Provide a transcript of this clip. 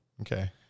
Okay